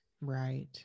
right